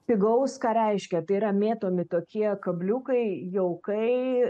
pigaus ką reiškia tai yra mėtomi tokie kabliukai jau kai